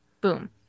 Boom